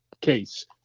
case